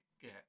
get